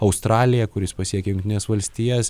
australiją kuris pasiekė jungtines valstijas